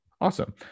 Awesome